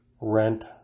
rent